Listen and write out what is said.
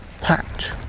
patch